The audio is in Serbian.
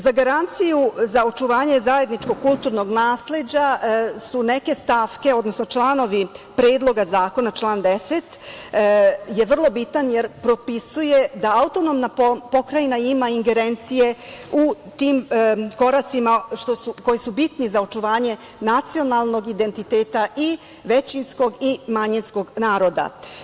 Za garanciju za očuvanje zajedničkog kulturnog nasleđa su neke stavke, odnosno članovi Predloga zakona, član 10. je vrlo bitan jer propisuje da autonomna pokrajina ima ingerencije u tim koracima koji su bitni za očuvanje nacionalnog identiteta i većinskog i manjinskog naroda.